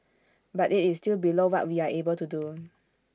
but IT is still below what we are able to do